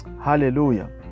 Hallelujah